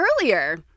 earlier